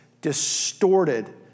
distorted